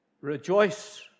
rejoice